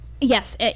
yes